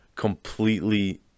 completely